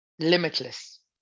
limitless